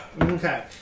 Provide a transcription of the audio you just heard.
Okay